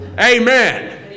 Amen